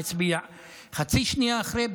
הצביע חצי שנייה אחרי.